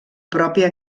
pròpia